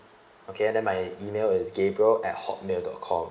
okay and then my email is gabriel at hotmail dot com